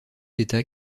d’état